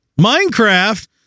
minecraft